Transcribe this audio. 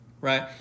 right